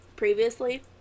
previously